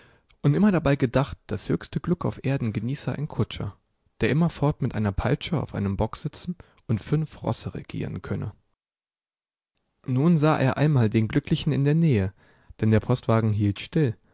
und immer dabei gedacht das höchste glück auf erden genieße ein kutscher der immerfort mit einer peitsche auf einem bock sitzen und fünf rosse regieren könne nun sah er einmal den glücklichen in der nähe denn der postwagen hielt still